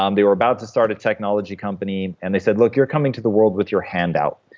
um they were about to start a technology company, and they said, look, you're coming to the world with your hand out.